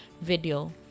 video